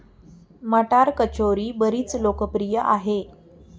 मटार कचोरी बरीच लोकप्रिय आहे